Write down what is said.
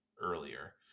earlier